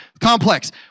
Complex